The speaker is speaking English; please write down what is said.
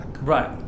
Right